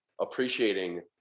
appreciating